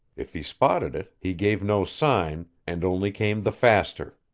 if he spotted it, he gave no sign, and only came the faster.